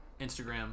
Instagram